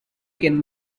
can